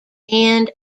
end